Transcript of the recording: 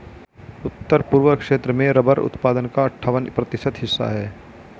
उत्तर पूर्व क्षेत्र में रबर उत्पादन का अठ्ठावन प्रतिशत हिस्सा है